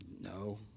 No